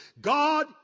God